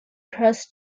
cross